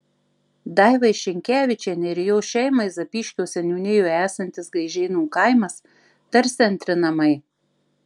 daivai šinkevičienei ir jos šeimai zapyškio seniūnijoje esantis gaižėnų kaimas tarsi antri namai